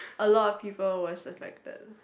a lot of people was affected